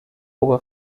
over